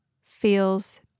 feels